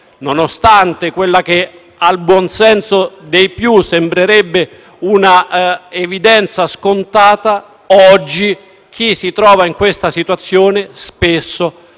Nonostante quella che, al buon senso dei più, sembrerebbe una evidenza scontata, oggi chi si trova in questa situazione spesso si